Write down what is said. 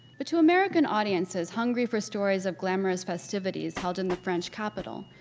but to american audiences hungry for stories of glamorous festivities held in the french capital,